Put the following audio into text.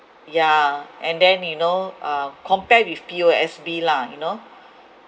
yeah and then you know uh compared with P_O_S_B lah you know